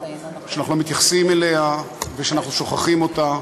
שאנחנו לא מתייחסים אליה ואנחנו שוכחים אותה,